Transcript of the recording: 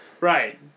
Right